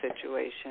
situation